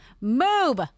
Move